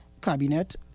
cabinet